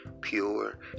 pure